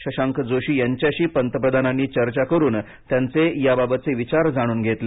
शशांक जोशी यांच्याशी पंतप्रधानांनी चर्चा करून त्यांचे याबाबतचे विचार जाणून घेतले